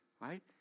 Right